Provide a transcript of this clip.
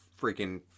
freaking